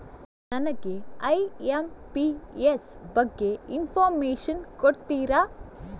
ನನಗೆ ಐ.ಎಂ.ಪಿ.ಎಸ್ ಬಗ್ಗೆ ಇನ್ಫೋರ್ಮೇಷನ್ ಕೊಡುತ್ತೀರಾ?